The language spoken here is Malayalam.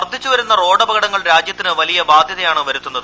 വർധിച്ചുവരുന്ന റോഡപകട്ട്ട്ട്ട് രാജ്യത്തിന് വലിയ ബാധ്യതയാണ് വരുത്തുന്നത്